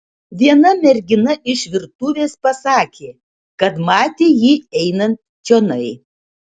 viena mergina iš virtuvės pasakė kad matė jį einant čionai